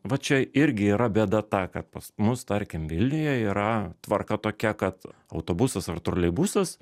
va čia irgi yra bėda ta kad pas mus tarkim vilniuje yra tvarka tokia kad autobusas ar troleibusas